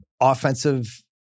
offensive